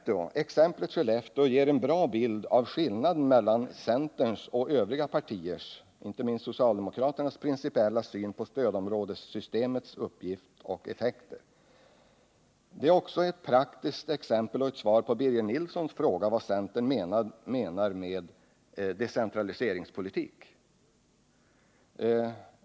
Exemplet Skellefteå ger en bra bild av skillnaden mellan centerns och övriga partiers — inte minst socialdemokraternas — principiella syn på stödområdessystemets uppgifter och effekter. Det är ett praktiskt exempel och ett svar på Birger Nilssons fråga vad centern menar med decentraliseringspolitik.